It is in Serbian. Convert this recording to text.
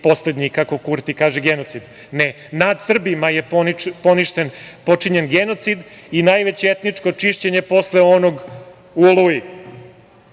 poslednji, kako Kurti kaže, genocid. Ne, nad Srbima je počinjen genocid i najveće etničko čišćenje posle onog u „Oluji“.